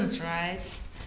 rights